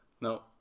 no